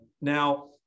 Now